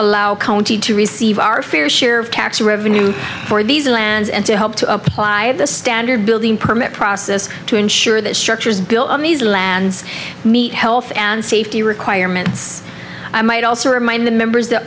allow county to receive our fair share of tax revenue for these lands and to help to apply of the standard building permit process to ensure that structures built on these lands meet health and safety requirements i might also remind the members the